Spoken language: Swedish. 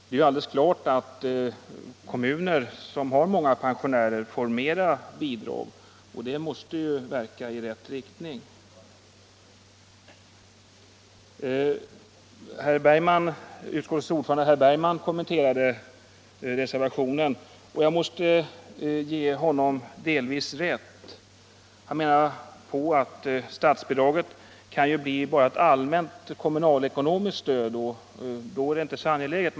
Det är klart att kommuner med många pensionärer får mera bidrag, men det måste ju verka i rätt riktning. Utskottets vice ordförande herr Bergman i Göteborg kommenterade reservationen, och jag kan delvis ge honom rätt. Han menade att statsbidraget bara kan bli ett allmänt kommunalekonomiskt stöd, och då är det inte så angeläget.